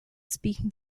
speaking